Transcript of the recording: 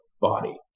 body